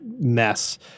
mess